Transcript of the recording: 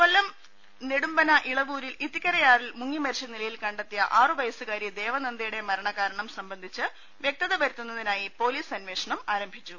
കൊല്ലം നെടുമ്പന ഇളവൂരിൽ ഇത്തിക്കരയാറിൽ മുങ്ങിമരിച്ച നിലയിൽ കണ്ടെത്തിയ ആറു വയസ്സു കാരി ദേവനന്ദയുടെ മരണകാരണം സംബന്ധിച്ച് വ്യക്തത വരുത്തുന്നതിനായി പോലീസ് അന്വേഷണം ആരംഭിച്ചു